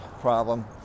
problem